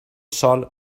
sol